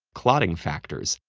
clotting factors,